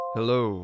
Hello